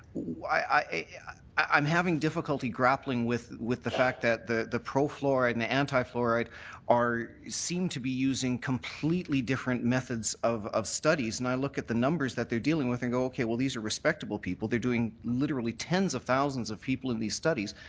yeah i'm having difficulty grappling with with the fact that the the pro-fluoride and anti-fluoride are seem to be using completely different methods of of studies. and i look at the numbers that they're dealing with and go okay, well these are respectable people. they're doing literally tens of thousands of people in these studies.